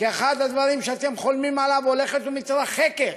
כאחד הדברים שאתם חולמים עליו הולכת ומתרחקת.